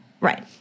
right